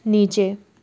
नीचे